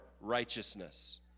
righteousness